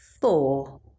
Four